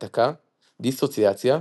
התקה, דיסוציאציה,